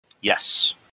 Yes